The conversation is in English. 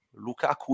lukaku